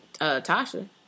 Tasha